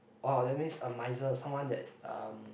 orh that means a miser someone that um